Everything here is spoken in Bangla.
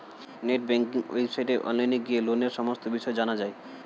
নেট ব্যাঙ্কিং ওয়েবসাইটে অনলাইন গিয়ে লোনের সমস্ত বিষয় জানা যায়